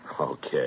Okay